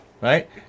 Right